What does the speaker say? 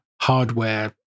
hardware